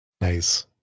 nice